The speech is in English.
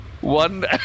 One